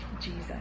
Jesus